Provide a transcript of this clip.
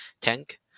tank